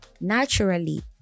naturally